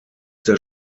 der